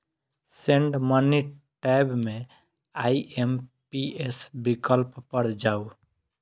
send money tab मे IMPS विकल्प पर जाउ